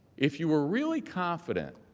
if you were really confident